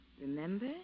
Remember